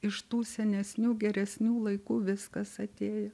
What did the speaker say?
iš tų senesnių geresnių laikų viskas atėjo